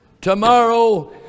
tomorrow